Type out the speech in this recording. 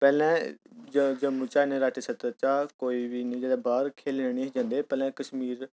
पैह्लें जम्मू चा राज्य स्तर चा कोई बी बाह्र खेढन नेहे जंदे पैह्लें कश्मीर